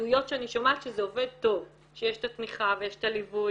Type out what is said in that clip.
וכרגע העדויות שאני שומעת שזה עובד טוב שיש את התמיכה ויש את הליווי,